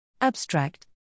Abstract